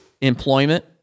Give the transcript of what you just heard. employment